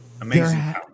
Amazing